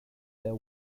their